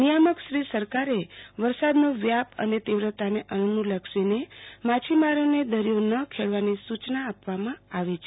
નિયામક શ્રી સરેકારે વરસાદનો વ્યાપ અનને તીવ્રતાને અનુ લક્ષીને માછીમારોને દરિયો ન ખેડવાની સુ યના આપવામાં આી છે